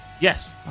Yes